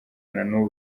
nanubu